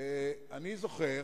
אני זוכר,